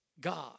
God